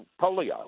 polio